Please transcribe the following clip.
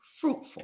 fruitful